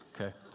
Okay